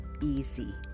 easy